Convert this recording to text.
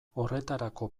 horretarako